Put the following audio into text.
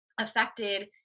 affected